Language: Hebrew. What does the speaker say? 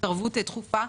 התערבות דחופה.